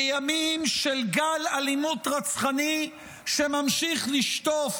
בימים של גל אלימות רצחני שממשיך לשטוף